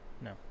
No